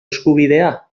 eskubidea